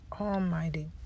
almighty